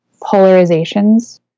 polarizations